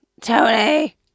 Tony